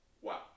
Wow